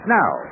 now